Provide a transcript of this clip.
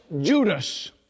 Judas